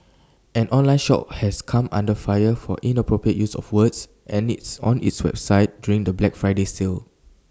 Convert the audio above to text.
an online shop has come under fire for inappropriate use of words and its on its website during the Black Friday sale